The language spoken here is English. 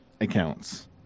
accounts